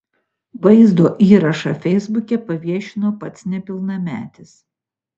vaizdo įrašą feisbuke paviešino pats nepilnametis